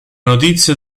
notizia